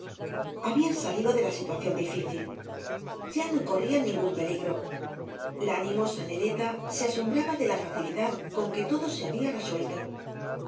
habían salido de la situación difícil ya no co v blasoo ibáñbz rrían ningún peligro la animosa neleta se asombraba de la facilidad con que todo se había resuelto